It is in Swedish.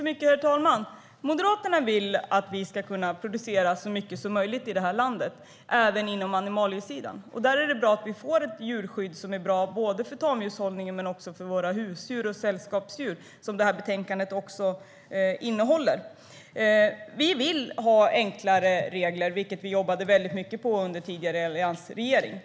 Herr talman! Moderaterna vill att vi ska kunna producera så mycket som möjligt i det här landet, även på animaliesidan. Där är det bra att vi får ett djurskydd som är bra både för tamdjurshållningen och för våra hus och sällskapsdjur, som också ingår i betänkandet. Vi vill ha enklare regler, vilket vi jobbade mycket med under den tidigare alliansregeringen.